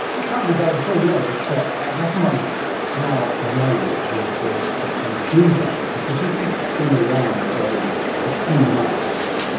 it can't be bad at all, no, but ah i've often wondered how young these birds actually do that, because if you've been around for only a few months,